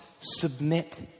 submit